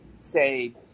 say